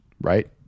right